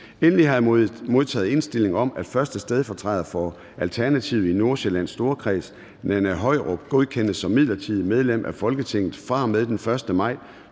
Endelig har jeg modtaget indstilling om, at 1. stedfortræder for Alternativet i Nordsjællands Storkreds, Nanna Høyrup, godkendes som midlertidigt medlem af Folketinget fra og med den 1. maj